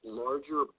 larger